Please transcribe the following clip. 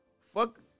fuck